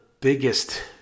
biggest